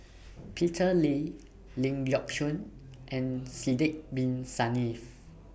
Peter Lee Ling Geok Choon and Sidek Bin Saniff